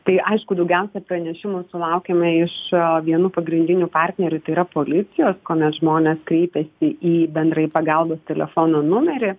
tai aišku daugiausia pranešimų sulaukiame ir vienų pagrindinių partnerių tai yra policijos kuomet žmonės kreipiasi į bendrąjį pagalbos telefono numerį